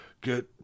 get